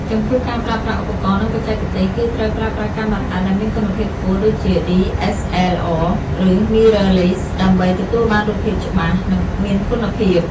ចំពោះការប្រើប្រាស់ឧបករណ៍ និងបច្ចេកទេស គឺត្រូវប្រើប្រាស់កាមេរ៉ាដែលមានគុណភាពខ្ពស់ដូចជា DSLR ឬ Mirrorless ដើម្បីទទួលបានរូបភាពច្បាស់ និងមានគុណភាព។